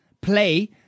play